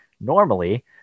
normally